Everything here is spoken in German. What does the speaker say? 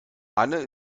anne